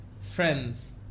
friends